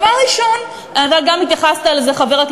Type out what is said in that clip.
ברשות יושב-ראש הישיבה,